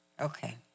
Okay